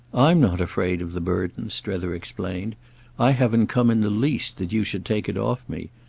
i'm not afraid of the burden, strether explained i haven't come in the least that you should take it off me.